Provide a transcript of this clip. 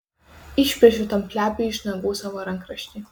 išplėšiau tam plepiui iš nagų savo rankraštį